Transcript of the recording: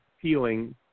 feeling